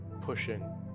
pushing